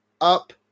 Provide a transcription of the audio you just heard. up